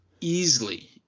Easily